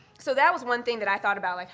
so that was one thing that i thought about, like,